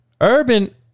Urban